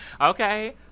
okay